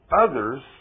others